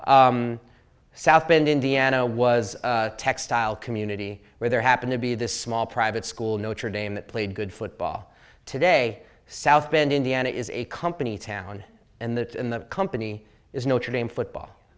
south bend indiana was a textile community where there happened to be this small private school notre dame that played good football today south bend indiana is a company town and the company is notre dame football